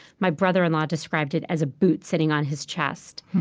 my brother-in-law described it as a boot sitting on his chest.